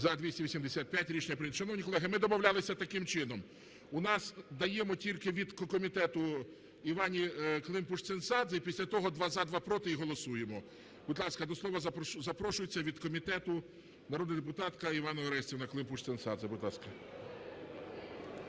За-285 Рішення прийнято. Шановні колеги, ми домовлялися таким чином: даємо тільки від комітету Іванні Климпуш-Цинцадзе і після того: два – за, два – проти. І голосуємо. Будь ласка, до слова запрошується від комітету народна депутатка Іванна Орестівна Климпуш-Цинцадзе. Будь ласка.